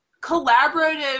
collaborative